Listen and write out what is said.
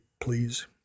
please